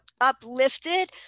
uplifted